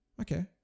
Okay